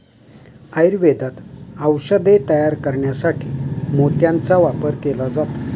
आयुर्वेदात औषधे तयार करण्यासाठी मोत्याचा वापर केला जातो